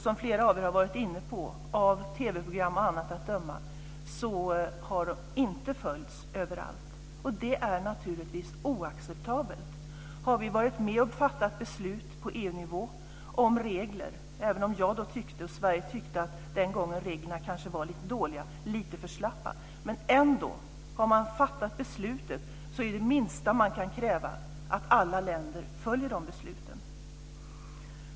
Som flera av er har varit inne på har de inte följts överallt, av TV-program och annat att döma. Det är naturligtvis oacceptabelt. Har man fattat beslut om regler på EU-nivå, även om Sverige då tyckte att reglerna kanske var lite dåliga och lite för slappa, är det minsta man kan kräva att alla länder följer de besluten.